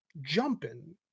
jumping